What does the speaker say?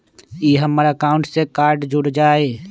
ई हमर अकाउंट से कार्ड जुर जाई?